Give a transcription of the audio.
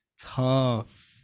Tough